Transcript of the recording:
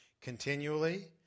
continually